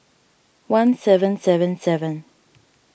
one seven seven seven